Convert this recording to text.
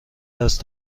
دست